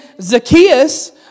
Zacchaeus